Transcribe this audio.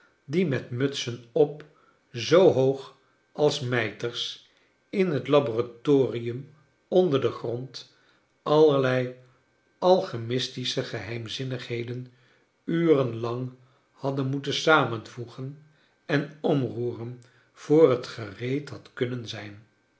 die met mutsen op zoo hoog als mijters in het laboratorium onder den grond allerlei alchymistische geheimzinnigheden uren lang hadden moeten samenvoegen en omroeren voor t gereed had kunnen zijn